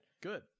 Good